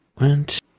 Went